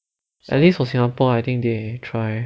at least four singapore I think they try